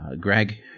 Greg